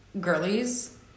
girlies